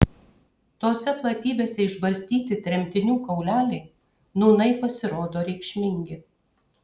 tose platybėse išbarstyti tremtinių kauleliai nūnai pasirodo reikšmingi